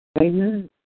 Amen